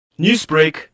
Newsbreak